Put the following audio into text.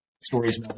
stories